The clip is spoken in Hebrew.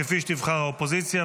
כפי שתבחר האופוזיציה,